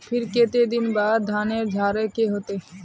फिर केते दिन बाद धानेर झाड़े के होते?